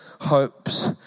hopes